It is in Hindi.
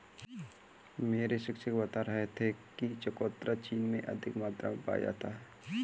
मेरे शिक्षक बता रहे थे कि चकोतरा चीन में अधिक मात्रा में पाया जाता है